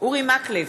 אורי מקלב,